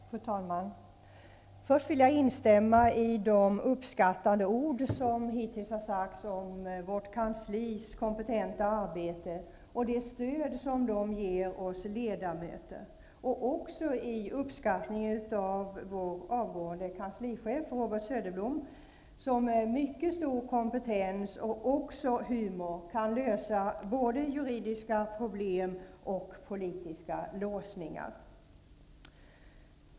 Fru talman! Först vill jag säga att jag instämmer i fråga om de uppskattande ord som hittills har sagts om vårt kanslis kompetenta arbete och det stöd som man ger oss ledamöter. Jag instämmer också i vad som har sagts i form av uppskattande ord om vår avgående kanslichef Robert Söderblom, som med mycket stor kompetens och humor kan både lösa juridiska problem och hitta lösningar beträffande politiska låsningar.